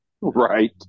Right